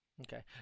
Okay